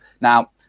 Now